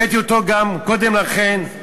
הבאתי אותו גם קודם לכן.